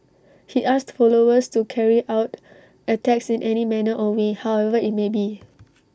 he asked followers to carry out attacks in any manner or way however IT may be